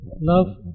love